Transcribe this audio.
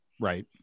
Right